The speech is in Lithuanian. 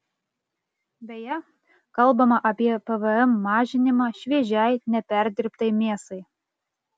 beje kalbama apie pvm mažinimą šviežiai neperdirbtai mėsai